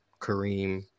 Kareem